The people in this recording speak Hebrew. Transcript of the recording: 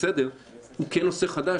הוא כן נושא חדש,